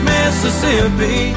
Mississippi